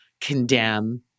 condemn